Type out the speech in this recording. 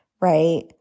right